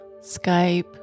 Skype